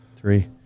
three